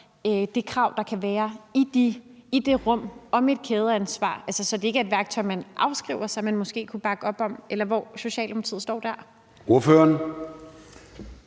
det krav, der kan være i det rum, om et kædeansvar, så det ikke er et værktøj, man afskriver, men måske kunne bakke op om? Eller hvor står Socialdemokratiet der? Kl.